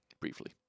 Briefly